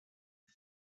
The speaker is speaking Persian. داد